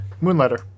Moonlighter